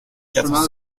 quatre